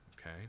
Okay